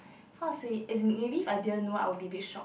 how to say isn't maybe I didn't know I will be a bit shock